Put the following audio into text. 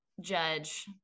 judge –